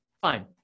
fine